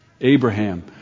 Abraham